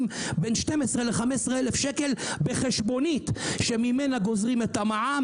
בין 12,000 ל-15,000 בחשבונית שממנה גוזרים את המע"מ,